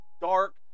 dark